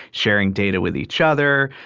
sharing data with each other,